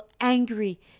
angry